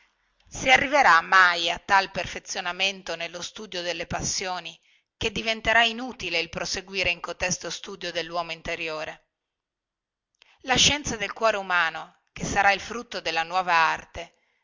si arriverà mai a tal perfezionamento nello studio delle passioni che diventerà inutile il proseguire in cotesto studio delluomo interiore la scienza del cuore umano che sarà il frutto della nuova arte